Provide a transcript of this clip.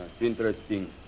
interesting